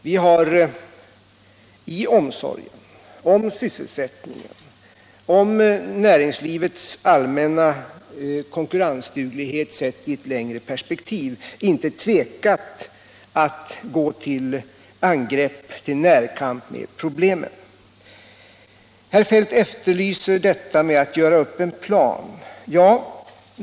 Vi har av omsorg om sysselsättningen och näringslivets allmänna konkurrensduglighet sedd i ett längre perspektiv inte tvekat att gå i närkamp med problemen. Herr Feldt efterlyser en plan. Ja, vi gör en sådan.